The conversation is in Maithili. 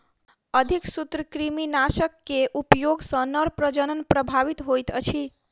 अधिक सूत्रकृमिनाशक के उपयोग सॅ नर प्रजनन प्रभावित होइत अछि